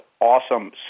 Awesome